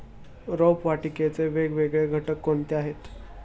रोपवाटिकेचे वेगवेगळे घटक कोणते आहेत?